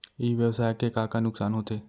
ई व्यवसाय के का का नुक़सान होथे?